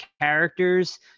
characters